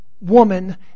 woman